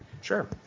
Sure